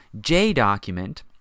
J-document